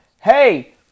Hey